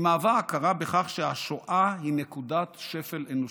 היא מהווה הכרה בכך שהשואה היא נקודת שפל אנושית.